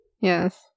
Yes